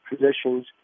physicians